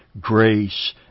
grace